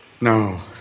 No